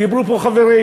אמרו פה חברים,